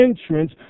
entrance